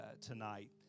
tonight